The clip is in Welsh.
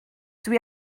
dwi